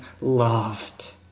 loved